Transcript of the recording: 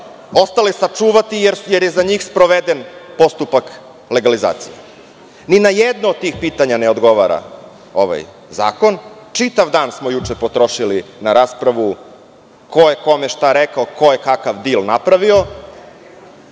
ostale sačuvati jer je za njih sproveden postupak legalizacije. Ni na jedno od tih pitanja ne odgovara ovaj zakon. Čitav dan smo juče potrošili na raspravu ko je kome šta rekao, ko je kakav dil napravio,